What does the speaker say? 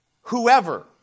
Whoever